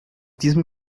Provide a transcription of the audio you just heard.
diesem